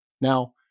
Now